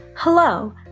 Hello